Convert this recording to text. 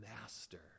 master